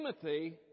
Timothy